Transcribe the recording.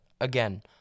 Again